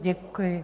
Děkuji.